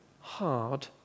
hard